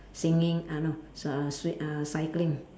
singing uh no swa~ swi~ uh cycling